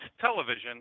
television